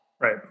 Right